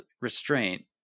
restraint